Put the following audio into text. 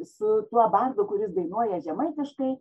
su tuo bardu kuris dainuoja žemaitiškai